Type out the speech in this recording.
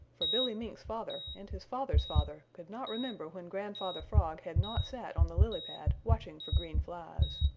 for billy mink's father and his father's father could not remember when grandfather frog had not sat on the lily pad watching for green flies.